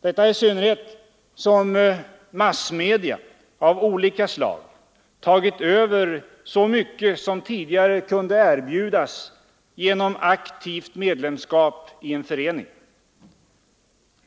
detta i synnerhet som massmedia av olika slag tagit över så mycket av det som tidigare kunde erbjudas genom aktivt medlemskap i en förening.